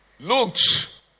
looked